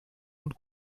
und